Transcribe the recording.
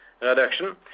reduction